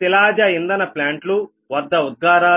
శిలాజ ఇంధన ప్లాంట్లు వద్ద ఉద్గారాలు